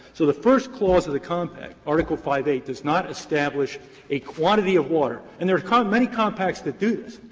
so the first clause of the compact, article v a, does not establish a quantity of water, and there are kind of many compacts that do this.